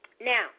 Now